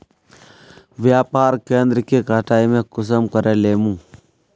व्यापार केन्द्र के कटाई में कुंसम करे लेमु?